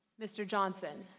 mr. johnson?